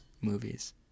movies